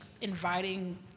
inviting